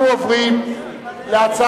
אנחנו עוברים להצעת